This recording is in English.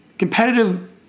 competitive